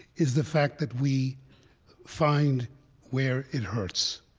is the fact that we find where it hurts.